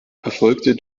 erfolgte